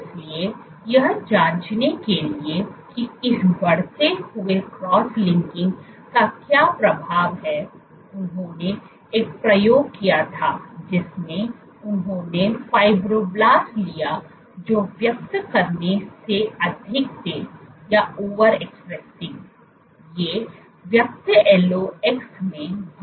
इसलिए यह जाँचने के लिए कि इस बढ़ते हुए क्रॉस लिंकिंग का क्या प्रभाव है उन्होंने एक प्रयोग किया था जिसमें उन्होंने फाइब्रोब्लास्ट लिया जो व्यक्त करने से अधिक थे ये व्यक्त LOX में वृद्धि कर रहे थे